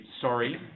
sorry